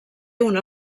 una